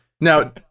now